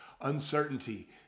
uncertainty